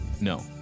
No